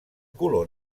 color